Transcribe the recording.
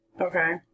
Okay